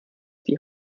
die